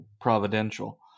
providential